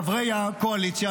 חברי הקואליציה,